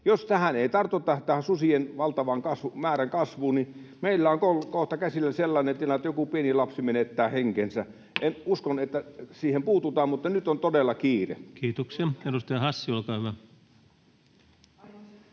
Jos tähän ei tartuta, tähän susien määrän valtavaan kasvuun, niin meillä on kohta käsillä sellainen tilanne, että joku pieni lapsi menettää henkensä. Uskon, että siihen puututaan, [Petri Huru: Kyllä, juuri näin!] mutta nyt on todella kiire. Kiitoksia. — Edustaja Hassi, olkaa hyvä.